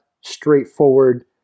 straightforward